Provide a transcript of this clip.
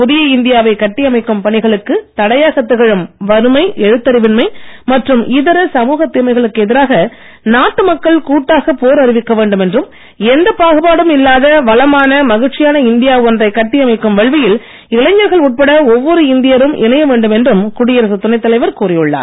புதிய இந்தியா வை கட்டி அமைக்கும் பணிகளுக்கு தடையாகத் திகழும் வறுமை எழுத்தறிவின்மை மற்றும் இதர சமூகத் தீமைகளுக்கு எதிராக நாட்டு மக்கள் கூட்டாகப் போர் அறிவிக்க வேண்டும் என்றும் எந்தப் பாகுபாடும் இல்லாத வளமான மகிழ்ச்சியான இந்தியா ஒன்றை கட்டி அமைக்கும் வேள்வியில் இளைஞர்கள் உட்பட ஒவ்வொரு இந்தியரும் இணைய வேண்டும் என்றும் குடியரசுத் துணைத் தலைவர் கூறியுள்ளார்